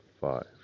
five